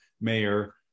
mayor